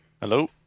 Hello